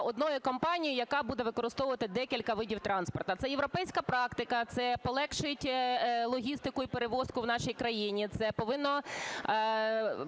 однією компанією, яка буде використовувати декілька видів транспорту. Це європейська практика, це полегшить логістику і перевозку в нашій країні, це повинно